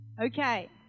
Okay